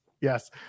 Yes